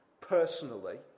personally